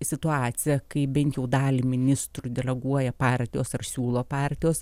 situacija kai bent jau dalį ministrų deleguoja partijos ar siūlo partijos